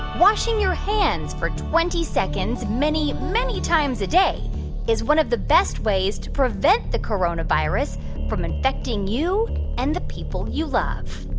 washing your hands for twenty seconds many, many times a day is one of the best ways to prevent the coronavirus from infecting you and the people you love?